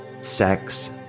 sex